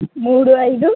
మూడు ఐదు